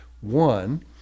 One